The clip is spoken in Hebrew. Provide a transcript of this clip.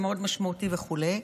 שמאוד משמעותי וכו',